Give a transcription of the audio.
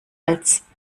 als